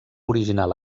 original